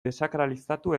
desakralizatu